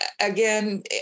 again